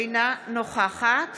אינה נוכחת